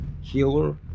healer